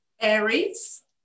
Aries